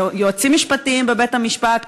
יועצים משפטיים בבית-המשפט,